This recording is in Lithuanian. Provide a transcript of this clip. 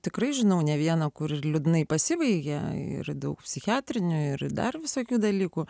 tikrai žinau ne vieną kuri liūdnai pasibaigė ir daug psichiatrinių ir dar visokių dalykų